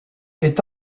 est